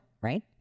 right